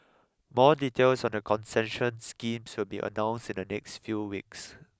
more details on the concession schemes so be announced in the next few weeks